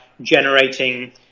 generating